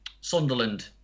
Sunderland